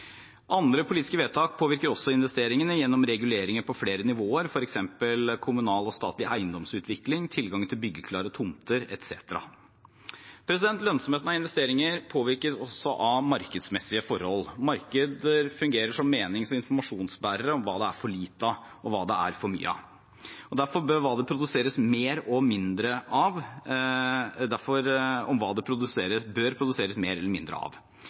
Andre politiske vedtak gjennom reguleringer på flere nivåer påvirker også investeringene, f.eks. kommunal og statlig eiendomsutvikling, tilgang på byggeklare tomter etc. Lønnsomheten av investeringer påvirkes også av markedsmessige forhold. Markeder fungerer som menings- og informasjonsbærere om hva det er for lite av og hva det er for mye av, og derfor om hva det bør produseres mer av og mindre av.